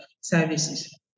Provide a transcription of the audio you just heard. services